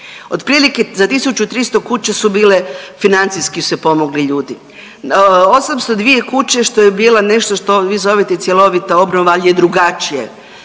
otprilike za 1300 kuća su bile, financijski su se pomogli ljudi, 802 kuće što je bila nešto što vi zovite cjelovita obnova, al je drugačije,